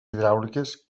hidràuliques